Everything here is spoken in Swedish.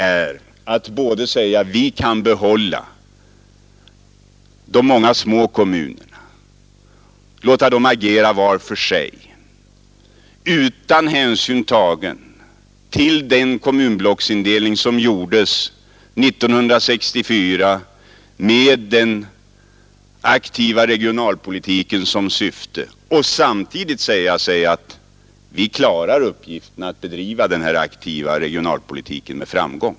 Man kan inte å ena sidan säga att de många små kommunerna bör få bestå och agera var och en för sig, utan att man tar hänsyn till den kommunblocksindelning som gjordes 1964 med den aktiva regionalpolitiken som riktmärke, och å andra sidan påstå att man med framgång klarar uppgiften att bedriva en aktiv regionalpolitik.